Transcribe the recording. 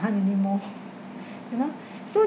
tahan anymore you know so